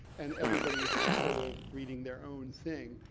and everybody's sort of reading their own thing,